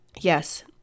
Yes